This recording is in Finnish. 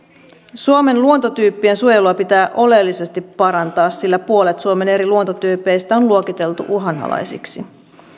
suomen luontotyyppien suojelua pitää oleellisesti parantaa sillä puolet suomen eri luontotyypeistä on luokiteltu uhanalaisiksi